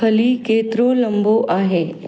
खली केतिरो लंबो आहे